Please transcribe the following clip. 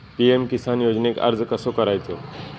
PM Kisan योजनेक अर्ज कसो करायचो?